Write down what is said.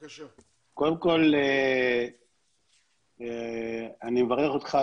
קודם כל אני מברך אותך,